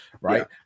Right